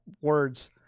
words